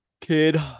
Kid